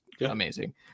amazing